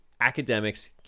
academics